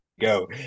Go